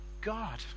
God